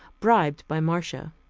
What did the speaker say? bribed by marcia.